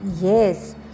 Yes